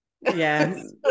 yes